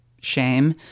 shame